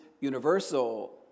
universal